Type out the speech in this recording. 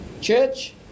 Church